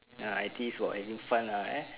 ya I_T_E is for having fun eh